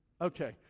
Okay